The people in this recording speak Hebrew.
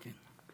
כן.